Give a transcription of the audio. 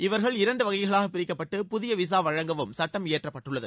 இவர்கள் இரண்டு வகைகளாக பிரிக்கப்பட்டு புதிய விசா வழங்கவும் சட்டம் இயற்றப்பட்டுள்ளது